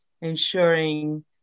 ensuring